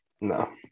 No